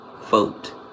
vote